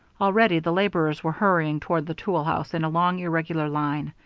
already the laborers were hurrying toward the tool house in a long, irregular line.